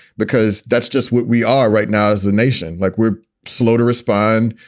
because that's just what we are right now as a nation like we're slow to respond,